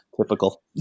Typical